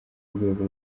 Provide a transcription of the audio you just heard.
rwego